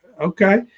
Okay